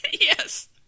Yes